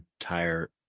entire